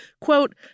quote